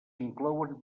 inclouen